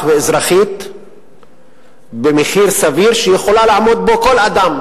ואזרחית במחיר סביר שיכול לעמוד בו כל אדם.